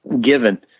given